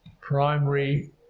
primary